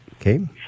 Okay